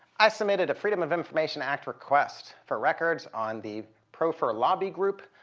i submitted a freedom of information act request for records on the pro fur lobby group,